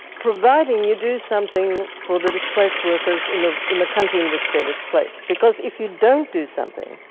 providing you do something for the displaced workers in the in the country in which they're displaced. because if you don't do something,